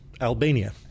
Albania